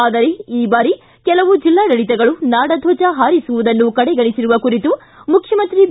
ಆದರೆ ಈ ಬಾರಿ ಕೆಲವು ಜಿಲ್ಲಾಡಳಿತಗಳು ನಾಡಧ್ವಜ ಹಾರಿಸುವುದನ್ನು ಕಡೆಗನಿಸಿರುವ ಕುರಿತು ಮುಖ್ವಮಂತ್ರಿ ಬಿ